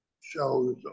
shows